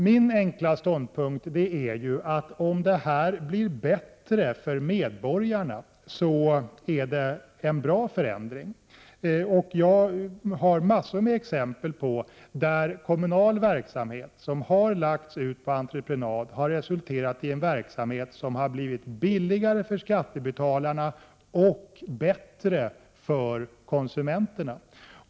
Min enkla ståndpunkt är att om det blir bättre för medborgarna om verksamheten drivs på entreprenad är det en bra förändring. Jag har många exempel på att kommunal verksamhet som lagts ut på entreprenad har resulterat i en verksamhet som har blivit billigare för skattebetalarna och bättre för konsumenterna.